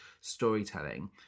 storytelling